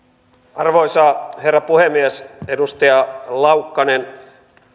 arvoisa herra puhemies edustaja laukkanen